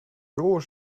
bror